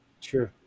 True